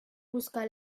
busca